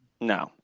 No